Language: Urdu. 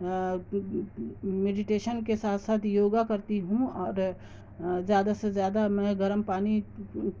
میڈیٹیشن کے ساتھ ساتھ یوگا کرتی ہوں اور زیادہ سے زیادہ میں گرم پانی